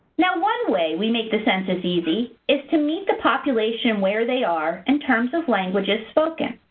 now, one way we make the census easy, is to meet the population where they are in terms of languages spoken.